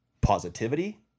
positivity